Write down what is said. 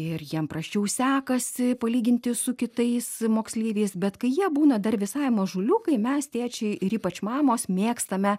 ir jiem prasčiau sekasi palyginti su kitais moksleiviais bet kai jie būna dar visai mažuliukai mes tėčiai ir ypač mamos mėgstame